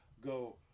go